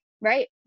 right